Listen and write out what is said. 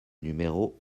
numéro